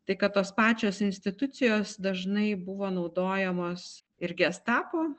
tai kad tos pačios institucijos dažnai buvo naudojamos ir gestapo